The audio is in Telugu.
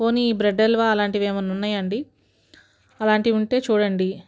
పోనీ ఈ బ్రెడ్ హల్వా అలాంటివి ఏమైనా ఉన్నాయా అండి అలాంటివి ఉంటే చూడండి